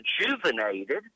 rejuvenated